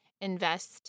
invest